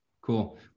Cool